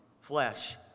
flesh